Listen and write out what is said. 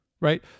right